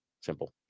Simple